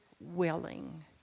willing